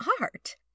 art